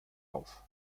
auf